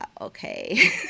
Okay